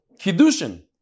Kiddushin